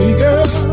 girl